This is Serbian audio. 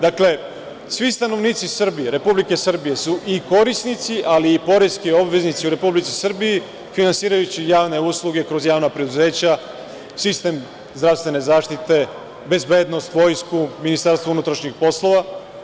Dakle, svi stanovnici Republike Srbije su i korisnici, ali i poreski obveznici u Republici Srbiji finansirajući javne usluge kroz javna preduzeća, sistem zdravstvene zaštite, bezbednost, vojsku, MUP.